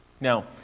Now